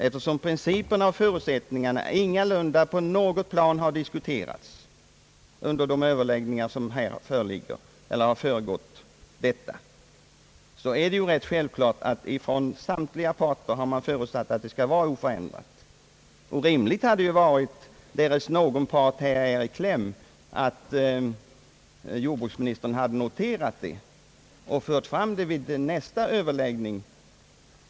Eftersom principerna och förutsättningarna ingalunda diskuterats på något plan under de överläggningar, som har förevarit har självfallet samtliga parter då förutsatt att de skall vara oförändrade. Om någon part sitter i kläm hade det varit rimligt att jordbruksministern noterat detta och framfört det vid nästa överläggning.